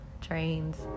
trains